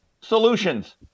solutions